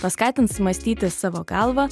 paskatins mąstyti savo galva